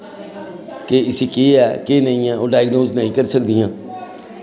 कि इसी केह् ऐ केह् निं ऐ ओह् डाईग्नोज़ नेईं करी सकदियां